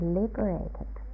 liberated